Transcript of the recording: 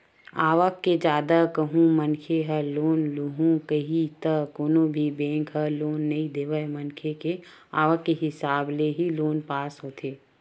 आवक ले जादा कहूं मनखे ह लोन लुहूं कइही त कोनो भी बेंक ह लोन नइ देवय मनखे के आवक के हिसाब ले ही लोन पास होथे